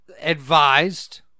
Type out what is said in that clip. advised